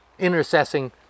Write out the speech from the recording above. intercessing